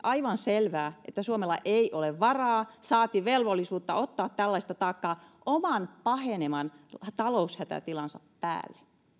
aivan selvää että suomella ei ole varaa saati velvollisuutta ottaa tällaista taakkaa oman pahenevan taloushätätilansa päälle